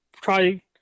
try